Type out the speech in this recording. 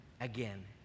again